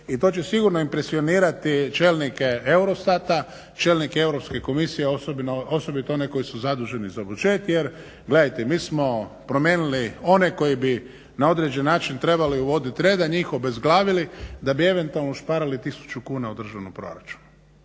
I to će sigurno impresionirati čelnike Eurostata, čelnike Europske komisije osobito one koji su zaduženi za budžet. Jer gledajte, mi smo promijenili one koji bi na određeni način trebali uvoditi reda i njih obezglavili da bi eventualno ušparali tisuću kuna u državnom proračunu.